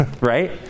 right